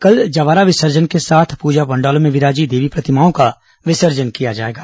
कल जंवारा विसर्जन के साथ पूजा पंडालों में विराजी देवी प्रतिमाओं का विसर्जन किया जाएगा